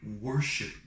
worship